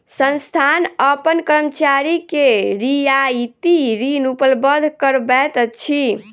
संस्थान अपन कर्मचारी के रियायती ऋण उपलब्ध करबैत अछि